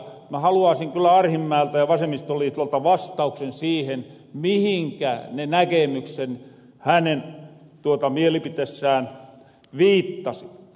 ma haluaisin kyl arhinmäeltä ja vasemmistoliitolta vastauksen siihen mihinkä ne näkemykset hänen mielipiteessään viittasi